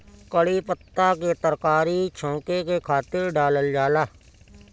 कढ़ी पत्ता के तरकारी छौंके के खातिर डालल जाला